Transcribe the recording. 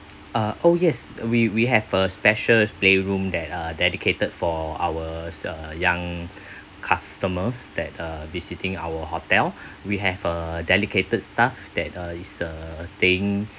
uh oh yes we we have a special playroom that are dedicated for our uh young customers that uh visiting our hotel we have a dedicated staff that uh is uh staying